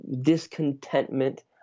discontentment